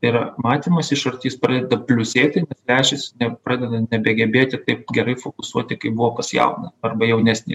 tai yra matymas iš arti jis pradeda pliusėti lęšis ne pradeda nebegebėti taip gerai fokusuoti kaip buvo pas jauną arba jaunesnį